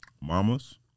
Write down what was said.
Mamas